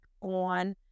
on –